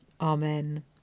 Amen